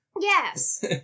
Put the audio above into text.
Yes